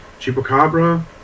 Chupacabra